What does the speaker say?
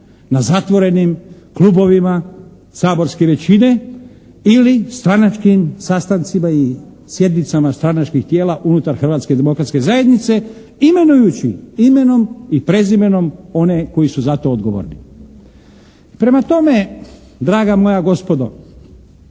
na zatvorenim klubovima saborske većine ili stranačkim sastancima i sjednicama stranačkih tijela unutar Hrvatske demokratske zajednice imenujući imenom i prezimenom one koji su za to odgovorni. Prema tome draga moja gospodo